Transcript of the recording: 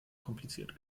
kompliziert